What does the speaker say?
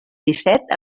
disset